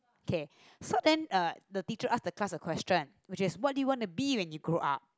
okay so then uh the teacher ask the class a question which is what do you want to be when you grow up